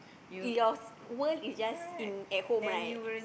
your world is just in at home right